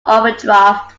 overdraft